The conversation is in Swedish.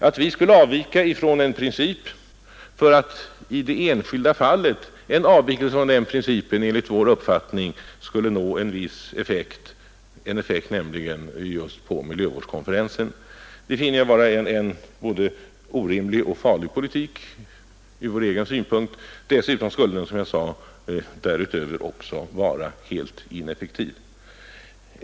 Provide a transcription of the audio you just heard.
Att vi skulle avvika från en princip för att en sådan avvikelse i det enskilda fallet enligt vår uppfattning skulle få en viss effekt — i detta fall på miljövårdskonferensen — finner jag vara en både orimlig och farlig politik ur vår egen synpunkt. Dessutom skulle den som jag sade vara helt ineffektiv.